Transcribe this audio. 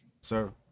Sir